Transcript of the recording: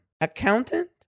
accountant